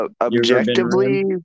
objectively